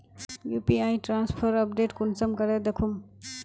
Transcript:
UPI transfer update कुंसम करे दखुम?